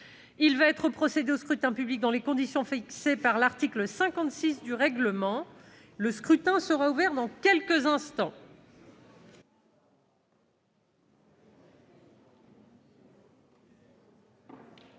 Il va être procédé au scrutin dans les conditions fixées par l'article 56 du règlement. Le scrutin est ouvert. Personne ne demande